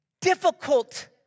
difficult